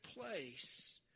place